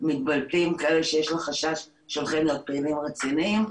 כאלה שיש לה חשש שהולכים להיות פעילים רציניים.